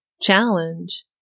challenge